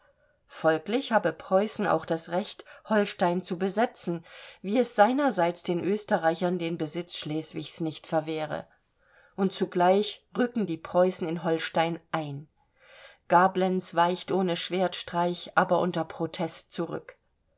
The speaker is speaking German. folglich habe preußen auch das recht holstein zu besetzen wie es seinerseits den österreichern den besitz schleswigs nicht verwehre und zugleich rücken die preußen in holstein ein gablenz weicht ohne schwertstreich aber unter protest zurück